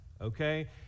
okay